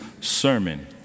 sermon